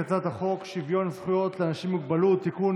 הצעת חוק שוויון זכויות לאנשים עם מוגבלות (תיקון,